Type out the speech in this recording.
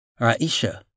Aisha